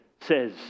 says